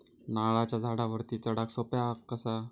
नारळाच्या झाडावरती चडाक सोप्या कसा?